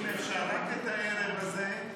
אם אפשר רק את הערב הזה,